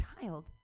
child